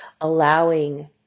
allowing